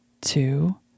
two